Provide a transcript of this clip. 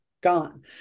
gone